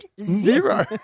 Zero